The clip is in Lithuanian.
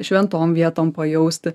šventom vietom pajausti